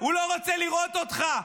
הוא לא רוצה לראות אותך.